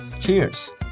Cheers